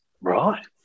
Right